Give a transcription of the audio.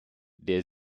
der